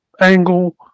angle